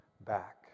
back